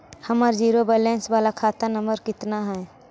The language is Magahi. हमर जिरो वैलेनश बाला खाता नम्बर कितना है?